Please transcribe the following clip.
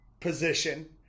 position